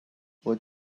what